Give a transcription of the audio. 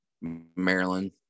Maryland